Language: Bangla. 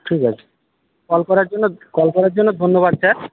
ঠিক আছে কল করার জন্য কল করার জন্য ধন্যবাদ স্যার